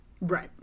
right